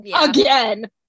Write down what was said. Again